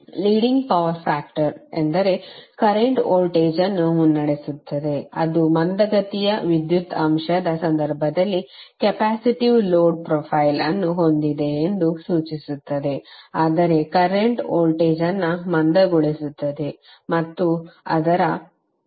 leading power factor ಎಂದರೆ current voltage ಅನ್ನು ಮುನ್ನಡೆಸುತ್ತದೆ ಅದು ಮಂದಗತಿಯ ವಿದ್ಯುತ್ ಅಂಶದ ಸಂದರ್ಭದಲ್ಲಿ ಕೆಪ್ಯಾಸಿಟಿವ್ ಲೋಡ್ ಪ್ರೊಫೈಲ್ ಅನ್ನು ಹೊಂದಿದೆ ಎಂದು ಸೂಚಿಸುತ್ತದೆ ಅಂದರೆ ಕರೆಂಟ್ ವೋಲ್ಟೇಜ್ ಅನ್ನು ಮಂದಗೊಳಿಸುತ್ತದೆ ಮತ್ತು ಅದು ಪ್ರಚೋದಕದ ಹೊರೆ ಸೂಚಿಸುತ್ತದೆ